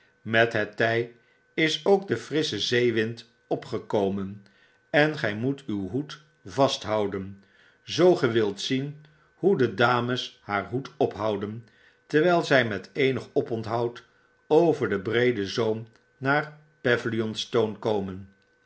met het ty is ook de frissche zeewind opgekomen en gij moet uw hoed vast houden zoo ge wilt zien hoe de dames haar hoed ophouden terwyl zfl met eenig oponthoud over den breeden zoom naar